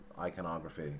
iconography